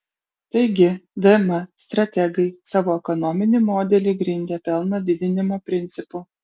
taigi dm strategai savo ekonominį modelį grindė pelno didinimo principu